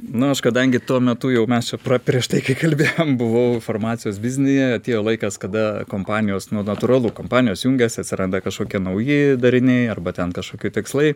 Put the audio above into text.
nu aš kadangi tuo metu jau mes čia prieš tai kai kalbėjom buvau farmacijos bizny atėjo laikas kada kompanijos nu natūralu kompanijos jungiasi atsiranda kažkokie nauji dariniai arba ten kažkokie tikslai